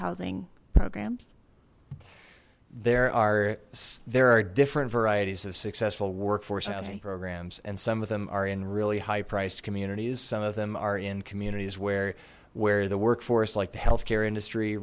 housing programs there are there are different varieties of successful workforce management programs and some of them are in really high priced communities some of them are in communities where where the workforce like the health care industry